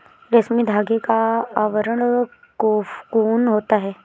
रेशमी धागे का आवरण कोकून होता है